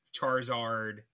Charizard